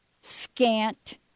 scant